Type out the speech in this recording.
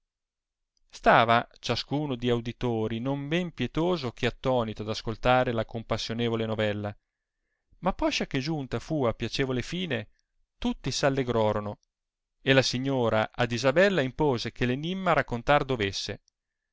stava ciascuno di auditori non men pietoso che attonito ad ascoltare la compassionevole novella ma poscia che giunta fu a piacevole fine tutti s allegrorono e la signora ad isabella impose che enimma raccontar dovesse